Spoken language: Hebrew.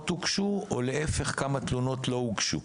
הוגשו או להפך כמה תלונות לא הוגשו.